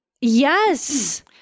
Yes